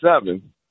seven